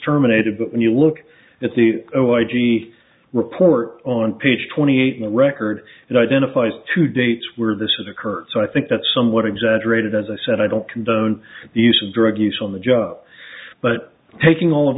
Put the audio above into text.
terminated but when you look at the why gee report on page twenty eight and record it identifies two dates where this occurred so i think that's somewhat exaggerated as i said i don't condone the use of drug use on the job but taking all of